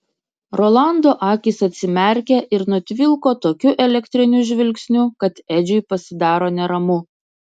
rolando akys atsimerkia ir nutvilko tokiu elektriniu žvilgsniu kad edžiui pasidaro neramu